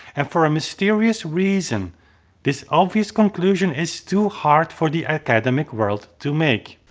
and for a mysterious reason this obvious conclusion is too hard for the academic world to make.